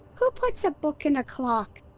who puts a book in a clock?